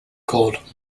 called